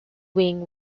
wing